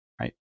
Right